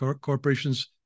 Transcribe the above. corporations